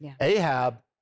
Ahab